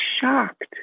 shocked